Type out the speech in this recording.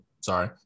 Sorry